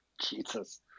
jesus